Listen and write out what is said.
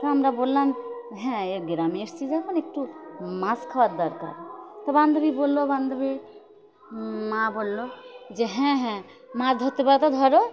তো আমরা বললাম হ্যাঁ এবার গ্রামে এসেছি যখন একটু মাছ খাওয়ার দরকার তো বান্ধবী বলল বান্ধবীর মা বলল যে হ্যাঁ হ্যাঁ মাছ ধরতে পারো তো ধরো